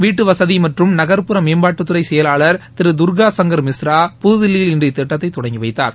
வீட்டுவசதி மற்றும் நகர்புற மேம்பாட்டுத்துறை செயவாளர் திரு துர்கா சங்கர் மிஸ்ரா புதுதில்லியில் இன்று இத்திட்டத்தை தொடங்கி வைத்தார்